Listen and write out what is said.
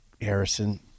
Harrison